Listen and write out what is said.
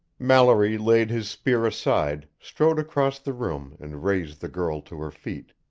mallory laid his spear aside, strode across the room, and raised the girl to her feet.